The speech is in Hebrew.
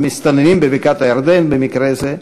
המסתננים בבקעת-הירדן במקרה זה,